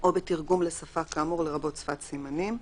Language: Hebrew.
או בתרגום לשפה כאמור לרבות שפת סימנים,